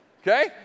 Okay